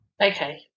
Okay